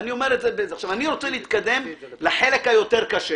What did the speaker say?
אני רוצה להתקדם לחלק היותר קשה